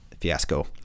Fiasco